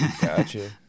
gotcha